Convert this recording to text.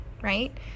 right